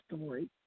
story